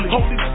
Holy